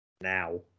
now